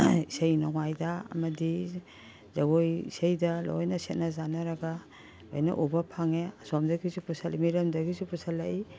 ꯏꯁꯩ ꯅꯣꯡꯃꯥꯏꯗ ꯑꯃꯗꯤ ꯖꯒꯣꯏ ꯏꯁꯩꯗ ꯂꯣꯏꯅ ꯁꯦꯠꯅ ꯆꯥꯅꯔꯒ ꯂꯣꯏꯅ ꯎꯕ ꯐꯪꯉꯦ ꯑꯁꯣꯝꯗꯒꯤꯁꯨ ꯃꯤꯔꯝꯗꯒꯤꯁꯨ ꯄꯨꯁꯜꯂꯛꯏ